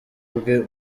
bwe